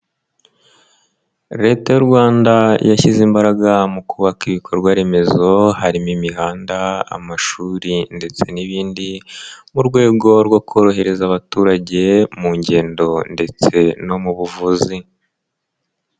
Leta y'u Rwanda yashyize imbaraga mu kubaka ibikorwaremezo harimo imihanda, amashuri ndetse n'ibindi, mu rwego rwo korohereza abaturage mu ngendo ndetse no mu buvuzi.